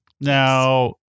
Now